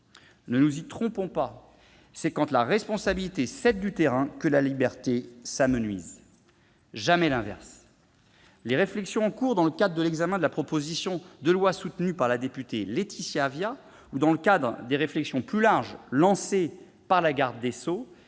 Ne nous y trompons pas : c'est quand la responsabilité cède du terrain que la liberté s'amenuise, jamais l'inverse ! Les réflexions en cours dans le cadre de l'examen de la proposition de loi soutenue par la députée Laetitia Avia ou dans le cadre des réflexions plus larges lancées par la garde des sceaux